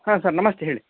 ಹಾಂ ಸರ್ ನಮಸ್ತೆ ಹೇಳಿ